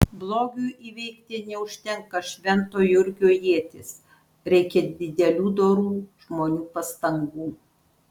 blogiui įveikti neužtenka švento jurgio ieties reikia didelių dorų žmonių pastangų